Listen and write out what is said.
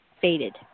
faded